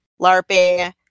LARPing